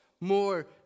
more